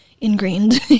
ingrained